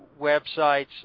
websites